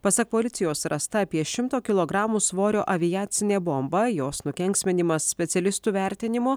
pasak policijos rasta apie šimto kilogramų svorio aviacinė bomba jos nukenksminimas specialistų vertinimu